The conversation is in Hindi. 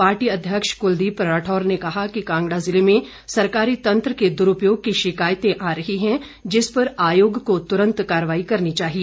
पार्टी अध्यक्ष कुलदीप राठौर ने कहा कि कांगड़ा जिले में सरकारी तंत्र के दुरूपयोग की शिकायतें आ रही हैं जिस पर आयोग को तुरंत कार्रवाई करनी चाहिए